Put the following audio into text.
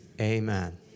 amen